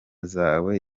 zawe